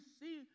see